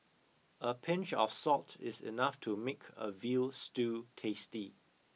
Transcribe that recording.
a pinch of salt is enough to make a veal stew tasty